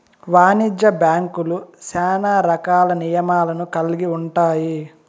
వాణిజ్య బ్యాంక్యులు శ్యానా రకాల నియమాలను కల్గి ఉంటాయి